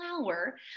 flower